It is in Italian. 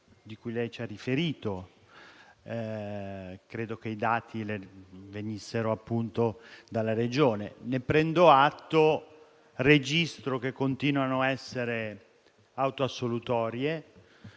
che lei ci ha riferito (credo che i dati le venissero, appunto, dalla Regione). Ne prendo atto e registro che continuano essere autoassolutori.